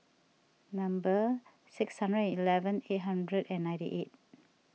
number six hundred eleven eight hundred and ninety eight